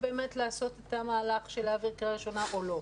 באמת לעשות את המהלך של להעביר קריאה ראשונה או לא.